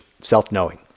self-knowing